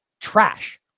Trash